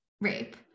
rape